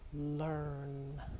learn